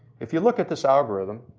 if you look at this algorithm,